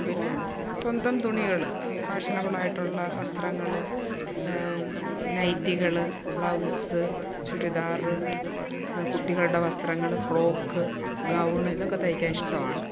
പിന്നെ സ്വന്തം തുണികൾ ഫാഷണബിളായിട്ടുള്ള വസ്ത്രങ്ങൾ നൈറ്റികൾ ബ്ലൗസ് ചുരിദാറ് കുട്ടികളുടെ വസ്ത്രങ്ങൾ ഫ്രോക്ക് ഗൗൺ ഇതൊക്കെ തയ്ക്കാൻ ഇഷ്ടമാണ്